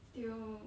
still